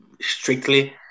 strictly